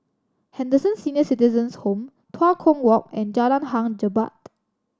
Henderson Senior Citizens' Home Tua Kong Walk and Jalan Hang Jebat